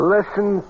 Listen